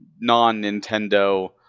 non-Nintendo